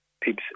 PIPS